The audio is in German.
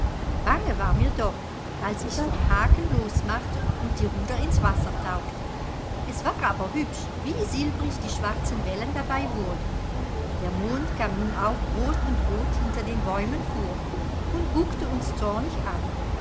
bange war mir doch als ich's vom haken losmachte und die ruder ins wasser tauchte es war aber hübsch wie silbrig die schwarzen wellen dabei wurden der mond kam nun auch groß und rot hinter den bäumen vor und guckte uns zornig an